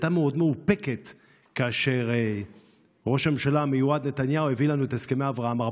מאוד מאופקת כאשר ראש הממשלה המיועד נתניהו הביא לנו את הסכם אברהם,